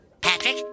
Patrick